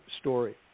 story